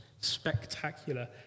spectacular